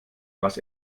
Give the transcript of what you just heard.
was